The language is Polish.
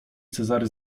cezary